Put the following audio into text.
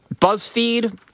BuzzFeed